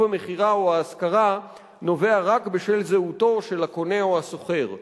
המכירה או ההשכרה נובע רק בשל זהותו של הקונה או השוכר,